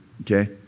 okay